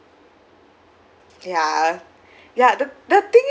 ya ya the the thing